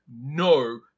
no